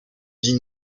dis